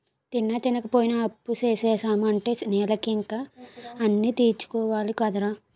తిన్నా, తినపోయినా అప్పుసేసాము అంటే నెలకింత అనీ తీర్చుకోవాలి కదరా